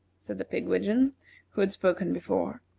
said the pigwidgeon who had spoken before.